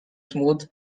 smooth